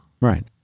right